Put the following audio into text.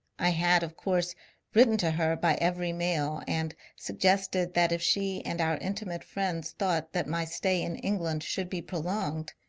i had of course written to her by every mail, and suggested that if she and our intimate friends thought that my stay in england should be prolonged,